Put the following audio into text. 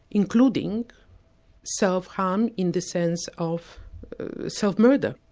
including self-harm in the sense of self-murder?